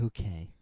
Okay